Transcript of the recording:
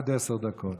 עד עשר דקות.